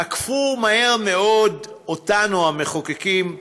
עקפו מהר מאוד אותנו, המחוקקים,